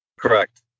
Correct